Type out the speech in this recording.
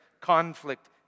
conflict